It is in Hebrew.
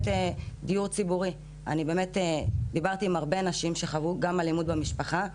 דיור ציבורי אני דיברתי עם הרבה אנשים שחוו גם אלימות במשפחה,